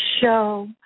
show